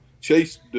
Chase